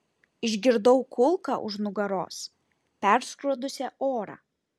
išgirdau kulką už nugaros perskrodusią orą